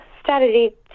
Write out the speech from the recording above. strategy